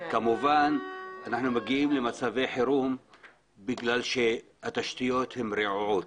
כמובן אנחנו מגיעים למצבי חירום בגלל שהתשתיות הן רעועות.